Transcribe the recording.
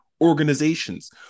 organizations